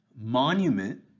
monument